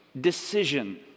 decision